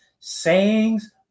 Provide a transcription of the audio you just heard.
sayings